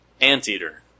Anteater